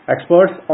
Experts